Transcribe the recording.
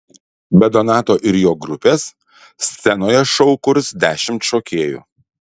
be donato ir jo grupės scenoje šou kurs dešimt šokėjų